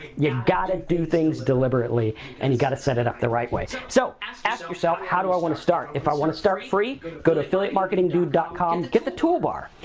yeah gotta do things deliberately and you gotta set it up the right way. so, ask ask yourself how do i wanna start? if i wanna start free, go to affiliatemarketingdude dot com to get the toolbar,